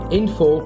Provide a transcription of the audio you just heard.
info